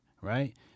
Right